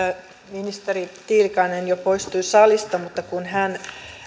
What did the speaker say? ministeri tiilikainen jo poistui salista mutta kun hän